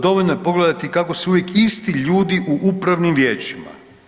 Dovoljno je pogledati kako su uvijek isti ljudi u upravnim vijećima.